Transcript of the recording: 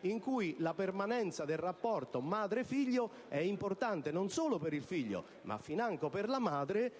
quando la permanenza del rapporto madre-figlio è importante non solo per il figlio ma financo per la madre